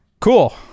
Cool